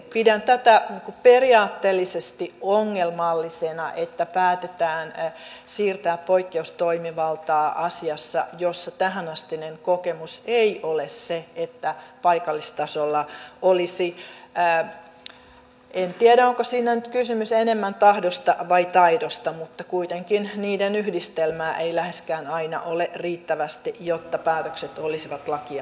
pidän tätä periaatteellisesti ongelmallisena että päätetään siirtää poikkeustoimivaltaa asiassa jossa tähänastinen kokemus ei ole se että paikallistasolla olisi en tiedä onko siinä nyt kysymys enemmän tahdosta vai taidosta mutta kuitenkin niiden yhdistelmästä tätä läheskään aina riittävästi jotta päätökset olisivat lakien mukaisia